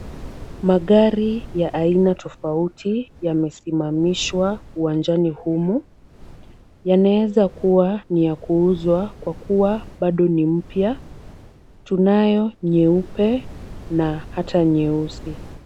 Magari ya aina tofauti yamesimamishwa uwanjani humu. Yanaweza kuwa ni ya kuuzwa kwa kuwa bado ni mpya. Tunayo nyeupe na hata nyeusi.